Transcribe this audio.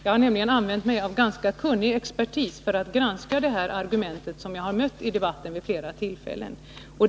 Jag har nämligen använt ganska kunnig expertis för att granska det här argumentet som jag mött i debatten vid ett flertal tillfällen.